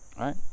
Right